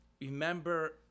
remember